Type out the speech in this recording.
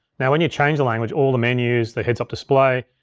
now when you change the language, all the menus, the heads up display,